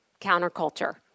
counterculture